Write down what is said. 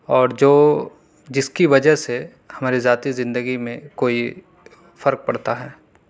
اور جو جس کی وجہ سے ہماری ذاتی زندگی میں کوئی فرق پڑتا ہے